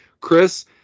Chris